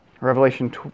Revelation